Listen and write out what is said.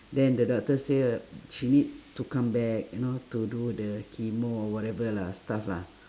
then the doctor say uh she need to come back you know to do the chemo whatever lah stuff lah